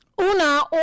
Una